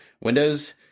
Windows